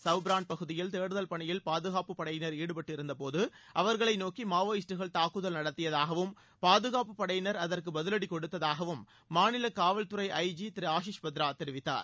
சவ்ப்ரான் பகுதியில் தேடுதல் பணியில் பாதுகாப்புப்படையினர் ஈடுபட்டு இருந்தபோது அவர்களை நோக்கி மாவோயிஸ்டுகள் தாக்குதல் நடத்தியதாகவும் பாதுகாப்புப்படையினர் அதற்கு பதிவடி கொடுத்ததாகவும் மாநில காவல்துறை ஐ ஜி திரு ஆஷிஸ் பத்ரா தெரிவித்தார்